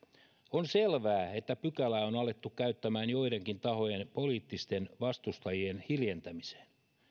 on selvää että pykälää on alettu käyttämään joidenkin tahojen poliittisten vastustajien hiljentämiseen